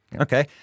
Okay